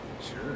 Sure